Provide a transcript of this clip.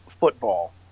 football